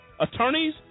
attorneys